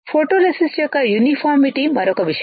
photoresist యొక్క uniformity మరొక విషయం